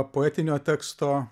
poetinio teksto